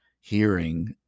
hearing